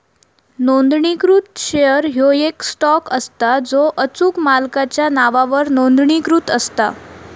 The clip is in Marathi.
नोंदणीकृत शेअर ह्यो येक स्टॉक असता जो अचूक मालकाच्या नावावर नोंदणीकृत असता